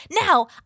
Now